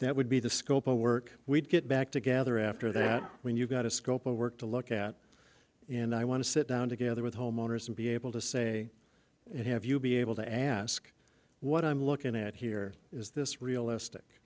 that would be the scope of work we'd get back together after that when you've got a scope of work to look at in i want to sit down together with homeowners and be able to say and have you be able to ask what i'm looking at here is this realistic